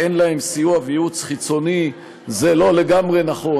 "אין להם סיוע וייעוץ חיצוני" זה לא לגמרי נכון.